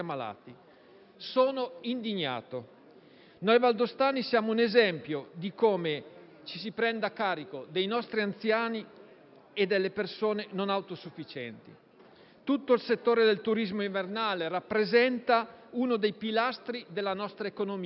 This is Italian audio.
Sono indignato. Noi valdostani siamo un esempio di come ci si prende carico dei nostri anziani e delle persone non autosufficienti. Tutto il settore del turismo invernale rappresenta uno dei pilastri della nostra economia